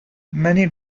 many